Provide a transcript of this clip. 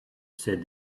said